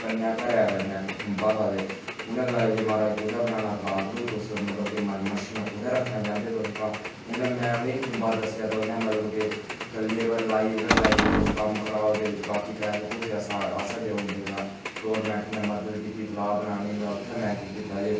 कन्नै घर कन्नै इक खुम्बां था ते उ'नें गलाया जे महाराज कुत्थें बनाना तलाऽ तलु मतलब कि तुस मतलब के मच्छियां कुत्थें रक्खना चाह्ंदे तुस तां उ'नें मैं उ'नेंगी खुम्बा दस्सेआ ते उ'नें मतलब कि लेवर लाई उ'नें गलाया जे तुस कम्म कराओ ते बाकी पैसे पुसे असां असें देई उड़ने तां गोरमेंट ने मदद कीती तलाऽ बनाने दा उत्थें मैं केह् कीता जे